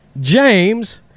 James